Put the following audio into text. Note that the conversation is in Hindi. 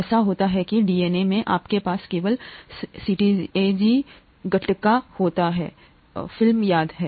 ऐसा होता है कि डीएनए में आपके पास केवल सीटीएजी गट्टाका होता है फिल्म याद है